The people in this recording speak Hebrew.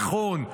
נכון,